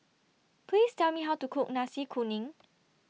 Please Tell Me How to Cook Nasi Kuning